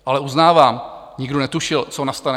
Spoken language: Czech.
Ale uznávám, nikdo netušil, co nastane.